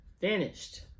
finished